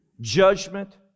judgment